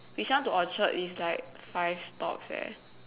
bishan to orchard is like five stops leh